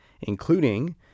including